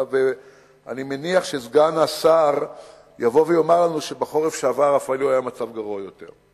ואני מניח שסגן השר יבוא ויגיד לנו שבחורף שעבר מצבנו אף היה גרוע יותר.